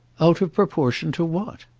out of proportion to what?